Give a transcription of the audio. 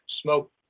smoke